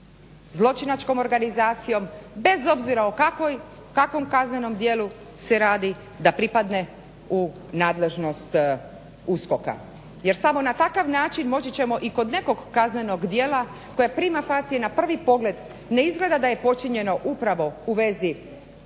zločinačkom organizacijom, bez obzira o kakvom kaznenom djelu se radi, da pripadne u nadležnost USKOK-a jer samo na takav način moći ćemo i kod nekog kaznenog djela koje … na prvi pogled ne izgleda da je počinjeno upravo u vezi